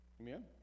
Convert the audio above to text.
Amen